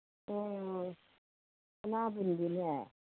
ꯑꯣ ꯁꯅꯥꯕꯨꯟꯗꯨꯅꯦ